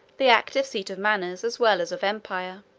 the active seat of manners, as well as of empire.